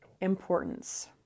importance